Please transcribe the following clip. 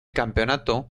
campeonato